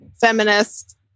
Feminist